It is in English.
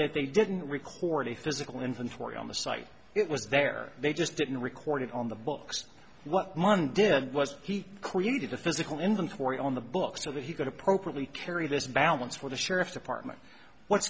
that they didn't record a physical inventory on the site it was there they just didn't record it on the books what monday did was he created the physical inventory on the books so that he could appropriately carry this balance for the sheriff's department what